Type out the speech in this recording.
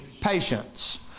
Patience